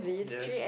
yes